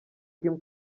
kim